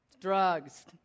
drugs